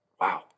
Wow